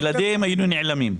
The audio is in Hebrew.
בלעדיהם היינו נעלמים.